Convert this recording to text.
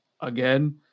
Again